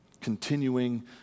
continuing